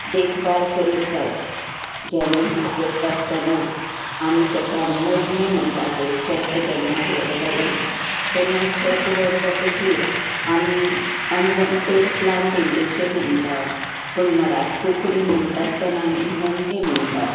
देखभाल करीत रावप जेन्ना ही करता आसतना आमी तेका नडणी म्हणटा पळय शेत जेन्ना व्हड जालें तेन्ना शेत व्हड जातकीर आमी अनवॉन्डेट प्लांन्ट इंग्लिशींत म्हणटा मराठ कोंकणीत म्हणटा आसतना आमी नडणी म्हणटा